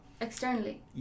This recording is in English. Externally